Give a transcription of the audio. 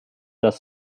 dass